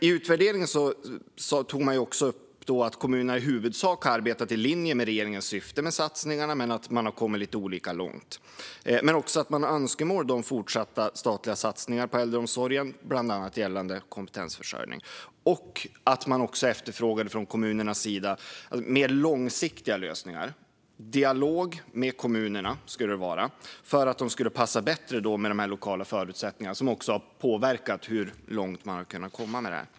I utvärderingen tog man också upp att kommunerna i huvudsak har arbetat i linje med regeringens syfte med satsningarna men att man har kommit lite olika långt. Man har också önskemål om fortsatta statliga satsningar på äldreomsorgen, bland annat gällande kompetensförsörjning. Man efterfrågar även från kommunernas sida mer långsiktiga lösningar. Man vill ha dialog med kommunerna för att detta skulle passa bättre med de lokala förutsättningarna, som har påverkat hur långt man har kunnat komma.